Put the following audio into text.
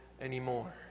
anymore